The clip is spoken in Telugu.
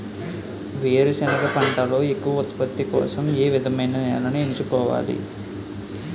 వేరుసెనగ పంటలో ఎక్కువ ఉత్పత్తి కోసం ఏ విధమైన నేలను ఎంచుకోవాలి?